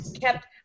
kept